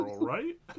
right